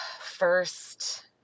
first